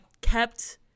kept